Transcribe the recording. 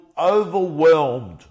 overwhelmed